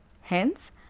Hence